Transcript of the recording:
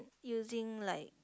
using like